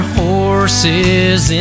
horses